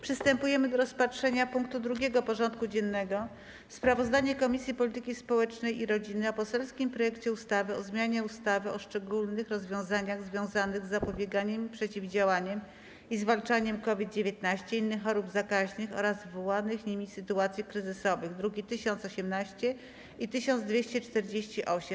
Przystępujemy do rozpatrzenia punktu 2. porządku dziennego: Sprawozdanie Komisji Polityki Społecznej i Rodziny o poselskim projekcie ustawy o zmianie ustawy o szczególnych rozwiązaniach związanych z zapobieganiem, przeciwdziałaniem i zwalczaniem COVID-19, innych chorób zakaźnych oraz wywołanych nimi sytuacji kryzysowych (druki nr 1018 i 1248)